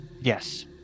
Yes